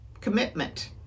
commitment